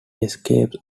escapes